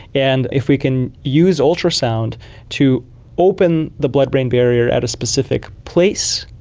and if we can use ultrasound to open the blood-brain barrier at a specific place,